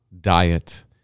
diet